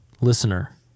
listener